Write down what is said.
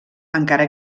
encara